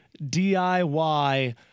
DIY